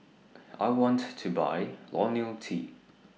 I want to Buy Lonil T